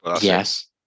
Yes